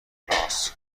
راس